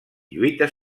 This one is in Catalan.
lluita